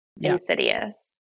insidious